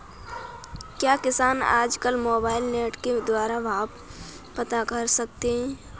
क्या किसान आज कल मोबाइल नेट के द्वारा भाव पता कर सकते हैं?